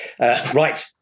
Right